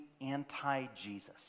anti-Jesus